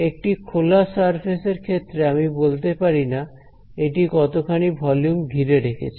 একটি খোলা সারফেস এর ক্ষেত্রে আমি বলতে পারি না এটি কতখানি ভলিউম ঘিরে রেখেছে